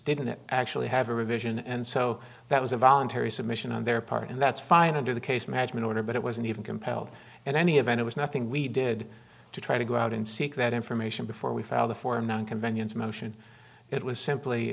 didn't actually have a revision and so that was a voluntary submission on their part and that's fine under the case management order but it wasn't even compelled in any event it was nothing we did to try to go out and seek that information before we file the form no inconvenience motion it was simply